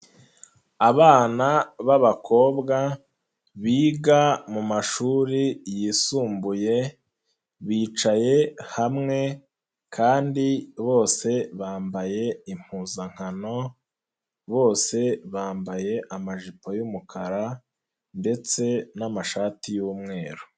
Abana b'abakobwa biga mu mashuri yisumbuye, bicaye hamwe kandi bose bambaye impuzankano, bose bambaye amajipo y'umukara ndetse n'amashati y'umweru.